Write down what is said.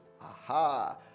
aha